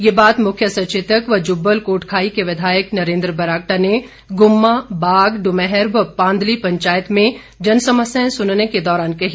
ये बात मुख्य सचेतक व जुब्बल कोटखाई के विधायक नरेंद्र बरागटा ने गुम्मा बाग डुमैहर व पांदली पंचायत में जनसमस्याएं सुनने के दौरान कही